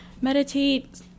Meditate